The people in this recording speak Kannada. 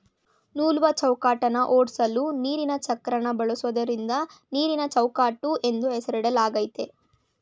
ನೂಲುವಚೌಕಟ್ಟನ್ನ ಓಡ್ಸಲು ನೀರಿನಚಕ್ರನ ಬಳಸೋದ್ರಿಂದ ನೀರಿನಚೌಕಟ್ಟು ಎಂದು ಹೆಸರಿಡಲಾಗಯ್ತೆ